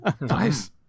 Nice